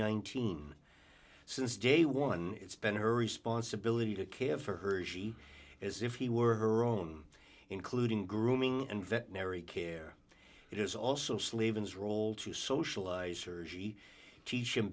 nineteen since day one it's been her responsibility to care for her she as if he were her own including grooming and veterinary care it is also slavens role to socialize